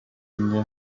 nke